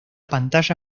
pantalla